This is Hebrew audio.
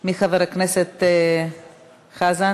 מחבר הכנסת חזן.